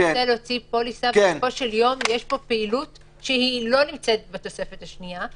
זאת פעילות שלא נמצאת בתוספת השנייה.